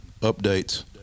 updates